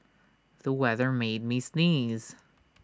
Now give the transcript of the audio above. the weather made me sneeze